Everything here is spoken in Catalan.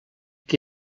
qui